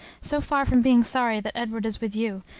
so far from being sorry that edward is with you,